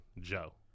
Joe